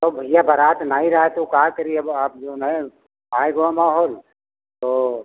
तो भैया बरात नहीं रहय तऊ का करी अब अब जौन हय आई गवा माहौल तो